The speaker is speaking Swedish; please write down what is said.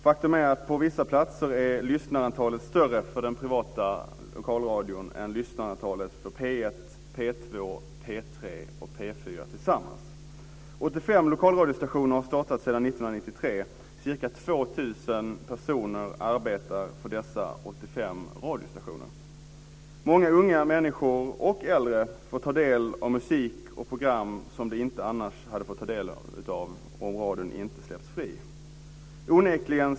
Faktum är att på vissa platser är lyssnarantalet större för den privata lokalradion än lyssnarantalet för P1, 85 lokalradiostationer har startat sedan 1993, och ca 2 000 personer arbetar på dessa 85 radiostationer. Många unga och äldre får ta del av musik och program som de inte fått ta del av om radion inte släppts fri.